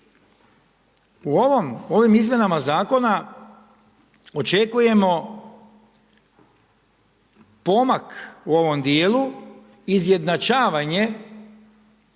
U ovim izmjenama Zakona očekujemo pomak u ovom dijelu, izjednačavanje